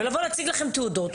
ולהציג לכם תעודות.